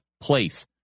place